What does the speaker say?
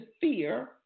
fear